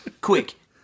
Quick